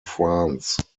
france